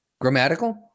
Grammatical